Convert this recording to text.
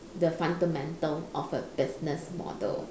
the fundamental of a business model